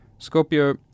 Scorpio